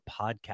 Podcast